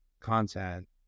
content